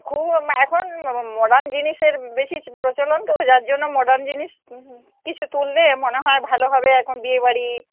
খুব এখন মডার্ন জিনিসের বেশি প্রচলন তো যার জন্য মডার্ন জিনিস কিছু তুললে মনে হয় ভালো হবে এখন বিয়ে বাড়ি